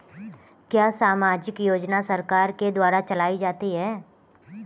क्या सामाजिक योजना सरकार के द्वारा चलाई जाती है?